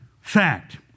Fact